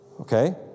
Okay